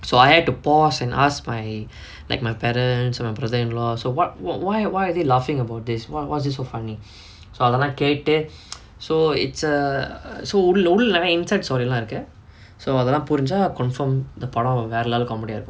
so I had to pause and ask my like my parents and my brother-in-law so what why why are they laughing about this what is it so funny so அதலா கேட்டு:athalaa kettu so it's uh so உள் உள்ள நெறையா:ul ulla neraiyaa insert story lah இருக்கு:irukku so அதலா புரிஞ்சா:athalaa purinjaa confirm இந்த படோ வேற:intha pado vera level comedy ah இருக்கு:irukku